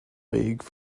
league